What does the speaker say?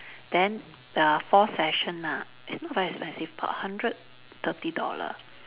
then there are fourth session ah it's not very expensive about hundred thirty dollar